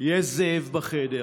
יש זאב בחדר,